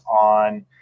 on